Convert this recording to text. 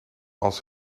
als